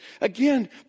Again